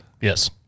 Yes